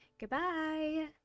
Goodbye